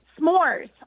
s'mores